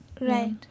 Right